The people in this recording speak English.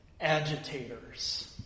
agitators